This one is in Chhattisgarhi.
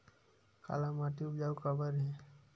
काला माटी उपजाऊ काबर हे?